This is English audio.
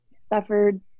suffered